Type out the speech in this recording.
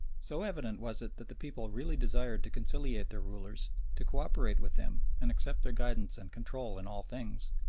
so evident was it that the people really desired to conciliate their rulers, to co-operate with them and accept their guidance and control in all things,